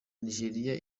nigeriya